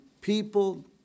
people